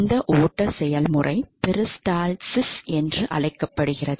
இந்த ஓட்ட செயல்முறை பெரிஸ்டால்சிஸ் என்று அழைக்கப்படுகிறது